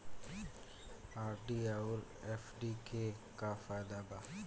RD आउर FD के का फायदा बा?